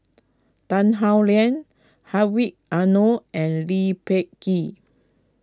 Tan Howe Liang Hedwig Anuar and Lee Peh Gee